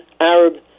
Arab